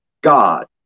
God